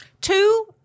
Two